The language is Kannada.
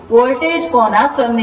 ವೋಲ್ಟೇಜ್ ಕೋನ 0 ಆಗಿದೆ